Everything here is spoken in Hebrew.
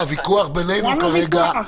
הוויכוח בינינו כרגע,